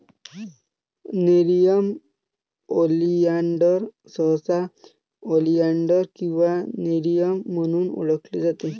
nerium oleander सहसा oleander किंवा nerium म्हणून ओळखले जाते